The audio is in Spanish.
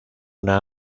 una